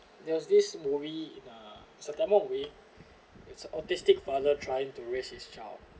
there was this movie in uh september of way it's autistic father trying to raise his child